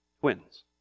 twins